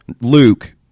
Luke